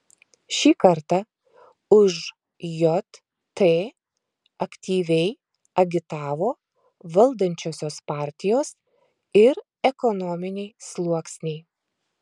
šį kartą už jt aktyviai agitavo valdančiosios partijos ir ekonominiai sluoksniai